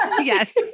Yes